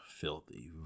filthy